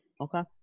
Okay